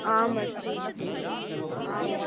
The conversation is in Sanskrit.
आम् अस्ति आम् अस्